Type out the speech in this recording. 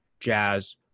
jazz